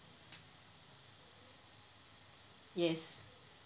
yes